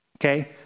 Okay